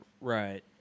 Right